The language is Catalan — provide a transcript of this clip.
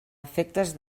efectes